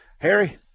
Harry